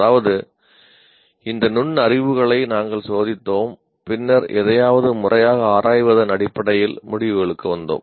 அதாவது இந்த நுண்ணறிவுகளை நாங்கள் சோதித்தோம் பின்னர் எதையாவது முறையாக ஆராய்வதன் அடிப்படையில் முடிவுகளுக்கு வந்தோம்